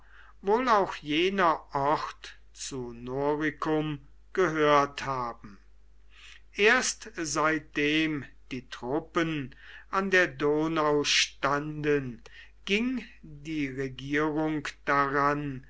wohl auch jener ort zu noricum gehört haben erst seitdem die truppen an der donau standen ging die regierung daran